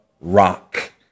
rock